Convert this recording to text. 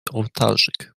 ołtarzyk